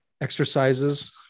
exercises